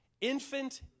Infant